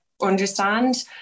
Understand